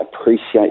appreciate